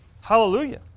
Hallelujah